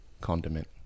condiment